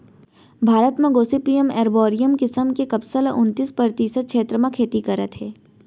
भारत म gossypium arboreum किसम के कपसा ल उन्तीस परतिसत छेत्र म खेती करत हें